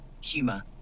humor